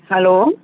hello